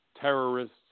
terrorists